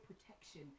protection